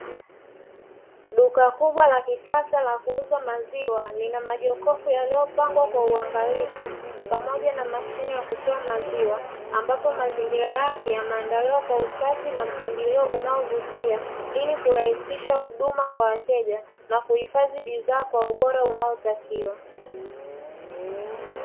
Duka kubwa la kisasa la kuuza maziwa, lina majokofu yaliyopangwa kwa uangalifu pamoja na mashine ya kutoa maziwa, ambapo mazingira yake yameandaliwa kwa usafi na mpangilio unaovutia, ili kurahisisha huduma kwa wateja na kuhifadhi bidhaa kwa ubora unaotakiwa.